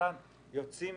יוצאים